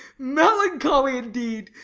melancholy indeed!